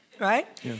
right